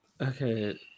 okay